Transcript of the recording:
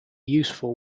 useful